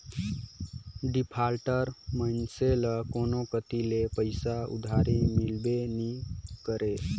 defaulter मइनसे ल कोनो कती ले पइसा उधारी मिलबे नी करे